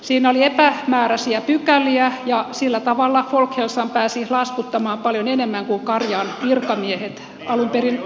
siinä oli epämääräisiä pykäliä ja sillä tavalla folkhälsan pääsi laskuttamaan paljon enemmän kuin karjaan virkamiehet alun perin ajattelivat